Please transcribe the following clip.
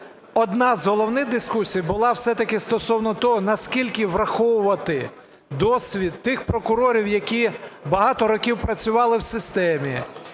одна з головних дискусій була все-таки стосовно того, наскільки враховувати досвід тих прокурорів, які багато років працювали в системі,